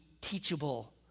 teachable